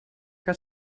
que